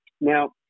Now